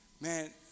Man